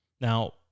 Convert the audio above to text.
Now